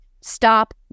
Stop